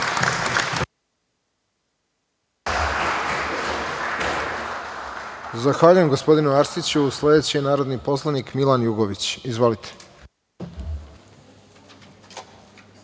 Zahvaljujem, gospodine Arsiću. Sledeći narodni poslanik je Milan Jugović. Izvolite.